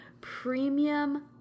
premium